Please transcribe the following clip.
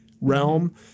realm